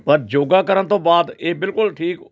ਪਰ ਯੋਗਾ ਕਰਨ ਤੋਂ ਬਾਅਦ ਇਹ ਬਿਲਕੁਲ ਠੀਕ